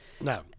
No